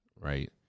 Right